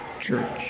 Church